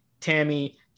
Tammy